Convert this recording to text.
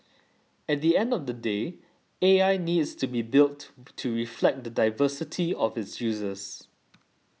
at the end of the day A I needs to be built to reflect the diversity of its users